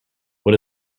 what